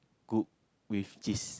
cook with cheese